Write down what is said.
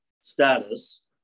status